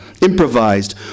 improvised